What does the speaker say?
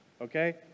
Okay